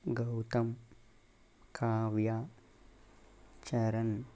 Gautam Kavya Charan